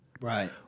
right